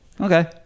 Okay